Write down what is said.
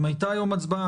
אם הייתה היום הצבעה,